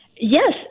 Yes